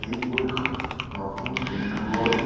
এই পৰিষদ নতুন উদ্যোগৰ